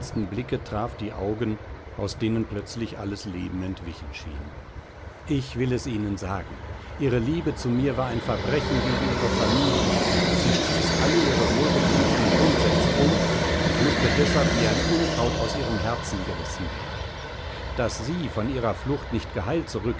blicke traf die augen aus denen plötzlich alles leben entwichen schien ich will es ihnen sagen ihre liebe zu mir war ein verbrechen gegen ihre familie sie stieß alle ihre wohlgepflegten grundsätze um und mußte deshalb wie ein unkraut aus ihrem herzen gerissen werden daß sie von ihrer flucht nicht geheilt